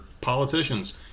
politicians